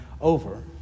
over